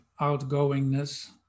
outgoingness